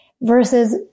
versus